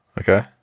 Okay